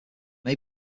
may